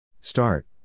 Start